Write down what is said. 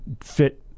fit